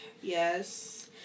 Yes